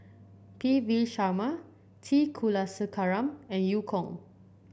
P V Sharma T Kulasekaram and Eu Kong